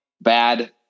bad